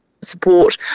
support